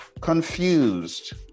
confused